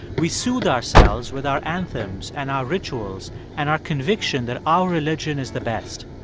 we soothe ourselves with our anthems and our rituals and our conviction that our religion is the best.